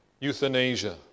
euthanasia